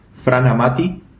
franamati